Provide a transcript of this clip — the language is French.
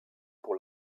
pour